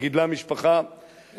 שגידלה משפחה,